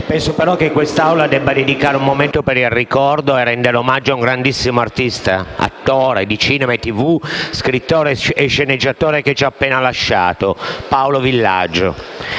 affrontando, quest'Assemblea deve dedicare un momento per il ricordo e rendere omaggio a un grandissimo artista, attore di cinema e televisione, scrittore e sceneggiatore che ci ha appena lasciati, Paolo Villaggio.